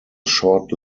short